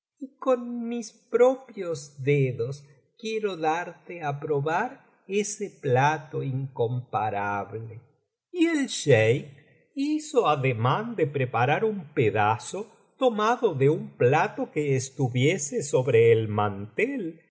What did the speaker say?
con mis propios decios quiero darte á probar ese plato incomparable y el jéique hizo ademán de preparar un pedazo tomado de un plato que estuviese sobre el mantel y